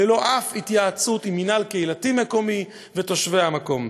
ללא אף התייעצות עם מינהל קהילתי מקומי ותושבי המקום.